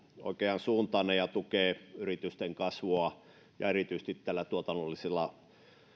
oikeansuuntainen ja tukee yritysten kasvua erityisesti näillä tuotannollisilla